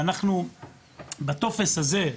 שבטופס הזה,